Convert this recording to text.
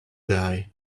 die